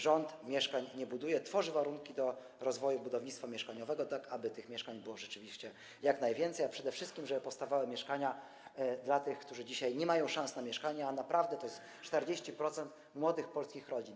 Rząd mieszkań nie buduje, tworzy warunki do rozwoju budownictwa mieszkaniowego, tak aby tych mieszkań było rzeczywiście jak najwięcej, a przede wszystkim żeby powstawały mieszkania dla tych, którzy dzisiaj nie mają szans na mieszkanie, a naprawdę to jest 40% młodych polskich rodzin.